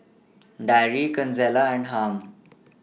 Darry Consuela and Harm